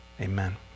amen